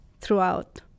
throughout